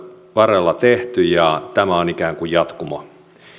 varrella tehty ja tämä on ikään kuin jatkumo